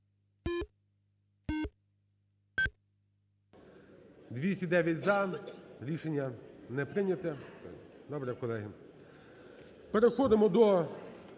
За-209 Рішення не прийнято. Добре, колеги. Переходимо до